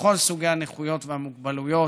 בכל סוגי הנכויות והמוגבלויות.